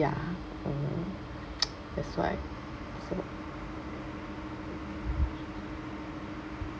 ya mm that's why so